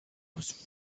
was